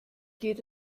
geht